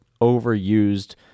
overused